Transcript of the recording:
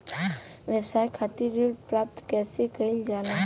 व्यवसाय खातिर ऋण प्राप्त कइसे कइल जाला?